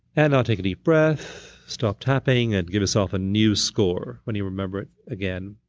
and take a deep breath. stop tapping, and give yourself a new score when you remember it again